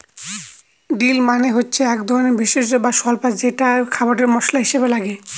deal মানে হচ্ছে এক ধরনের ভেষজ বা স্বল্পা যেটা খাবারে মশলা হিসাবে লাগে